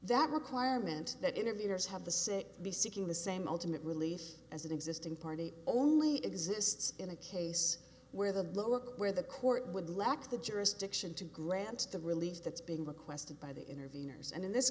that requirement that interviewers have the cic be seeking the same ultimate release as an existing party only exists in a case where the lower where the court would lack the jurisdiction to grant the release that's being requested by the interveners and in this